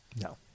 No